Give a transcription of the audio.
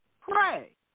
pray